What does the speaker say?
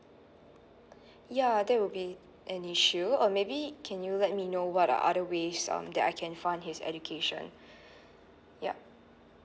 ya that will be an issue uh maybe can you let me know what are other ways um that I can fund his education yup